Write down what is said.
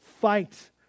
fight